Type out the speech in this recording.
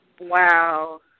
Wow